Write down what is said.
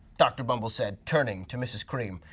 dr. bumble said, turning to mrs. cream.